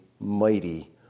mighty